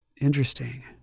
Interesting